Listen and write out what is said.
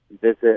visit